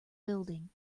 building